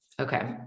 okay